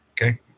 okay